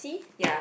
ya